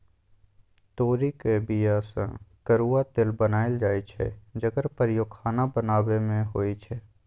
तोरीक बीया सँ करुआ तेल बनाएल जाइ छै जकर प्रयोग खाना बनाबै मे होइ छै